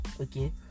okay